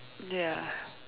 ya